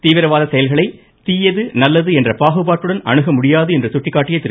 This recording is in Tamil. தீவிரவாத செயல்களை தீயது நல்லது என்ற பாகுபாடுடன் அணுக முடியாது என்று சுட்டிக்காட்டிய திரு